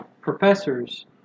professors